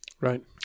Right